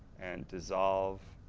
and dissolve,